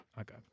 Okay